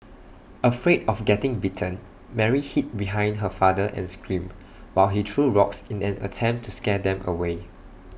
afraid of getting bitten Mary hid behind her father and screamed while he threw rocks in an attempt to scare them away